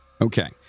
Okay